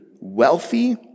wealthy